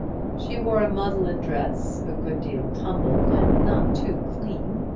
she wore a muslin dress a good deal tumbled and not too clean,